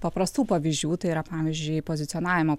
paprastų pavyzdžių tai yra pavyzdžiui pozicionavimo